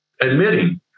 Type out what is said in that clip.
admitting